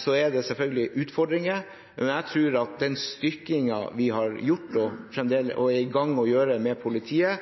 Så er det selvfølgelig utfordringer, men jeg tror at den styrkingen vi har gjort og er i gang med å gjøre i politiet,